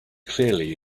clearly